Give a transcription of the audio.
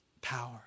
Power